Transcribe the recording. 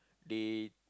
they